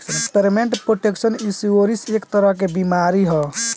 payment protection insurance एक तरह के बीमा ह